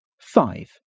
Five